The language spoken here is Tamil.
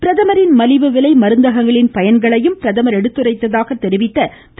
பிரதமரின் மலிவு விலை மருந்தகங்களின் பயன்களையும் பிரதமர் எடுத்துரைத்ததாக தெரிவித்த திரு